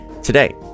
Today